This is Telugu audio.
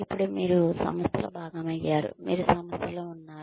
ఇప్పుడు మీరు సంస్థలో భాగమయ్యారు మీరు సంస్థలో ఉన్నారు